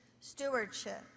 stewardship